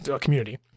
community